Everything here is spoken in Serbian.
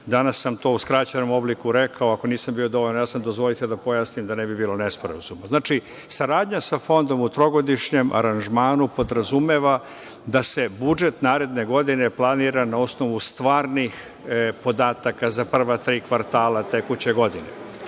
Danas sam to u skraćenom obliku rekao. Ako nisam bio dovoljno jasan, dozvolite da pojasnim, da ne bi bilo nesporazuma. Znači, saradnja sa Fondom u trogodišnjem aranžmanu podrazumeva da se budžet naredne godine planira na osnovu stvarnih podataka za prva tri kvartala tekuće godine.